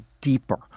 deeper